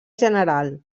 general